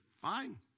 fine